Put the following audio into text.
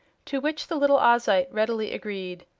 to which the little ozite readily agreed.